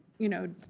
you know,